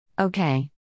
Okay